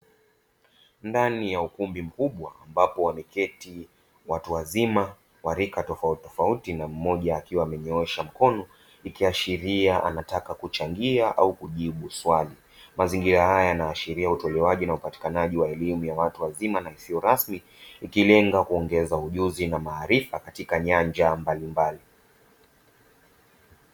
Ndani ya ukumbi mkubwa, ambapo wameketi watu wazima wa rika tofautitofauti na mmoja akiwa amenyoosha mkono, ikiashiria anataka kuchangia au kujibu swali. Mazingira haya yanaashiria utolewaji na upatikanaji wa elimu ya watu wazima na isiyo rasmi, ikilenga kuongeza ujuzi na maarifa katika nyanja mbalimbali.